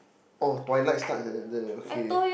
oh twilight start the the okay